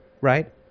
Right